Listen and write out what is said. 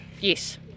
Yes